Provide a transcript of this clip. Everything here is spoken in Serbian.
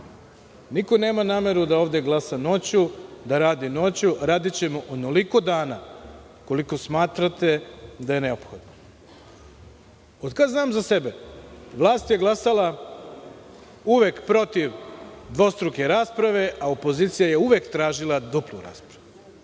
niko nema nameru da ovde glasa noću, da radi noću. Radićemo onoliko dana koliko smatrate da je neophodno. Od kad znam za sebe, vlast je glasala uvek protiv dvostruke rasprave, a opozicija je uvek tražila duplu raspravu.